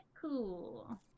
Cool